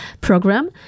program